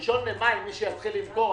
ב-1 במאי מי שיתחיל למכור,